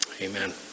Amen